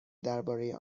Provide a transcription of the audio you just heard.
درباره